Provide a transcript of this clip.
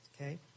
okay